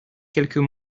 quelques